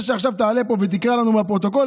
זה שעכשיו תעלה לפה ותקרא לנו לפרוטוקול,